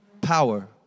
power